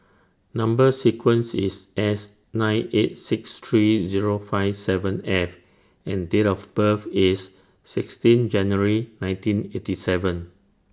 Number sequence IS S nine eight six three Zero five seven F and Date of birth IS sixteen January nineteen eighty seven